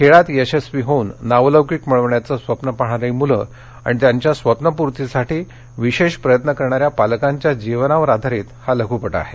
खेळात यशस्वी होऊन नावलौकिक मिळविण्याचं स्वप्न पाहणारी मूलं आणि त्यांच्या स्वप्नपूर्तीसाठी विशेष प्रयत्न करणाऱ्या पालकांच्या जीवनावर आधारीत हा लघ्पट आहे